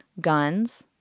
guns